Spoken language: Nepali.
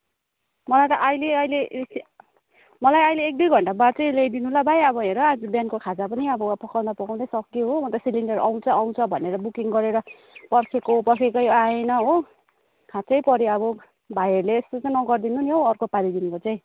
मलाई त अहिले अहिले मलाई अहिले एक दुई घन्टा बाद चाहिँ ल्याइदिनु ल भाइ अब हेर आजु बिहानको खाजा पनि अब पकाउँदा पकाउँदै सकियो हो म त सिलिन्डर आउँछ आउँछ भनेर बुकिङ गरेर पर्खेको पर्खेकै आएन हो खाँचै पऱ्यो अब भाइहरूले यस्तो चाहिँ नगरिदिनु नि हौ अर्को पाली देखिको चाहिँ